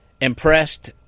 impressed